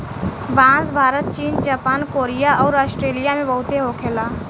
बांस भारत चीन Japan Korea अउर आस्ट्रेलिया में बहुते होखे ला